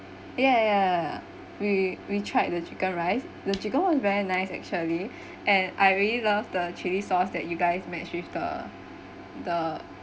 ya ya ya we we tried the chicken rice the chicken was very nice actually and I really love the chilli sauce that you guys match with the the